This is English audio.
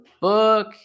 book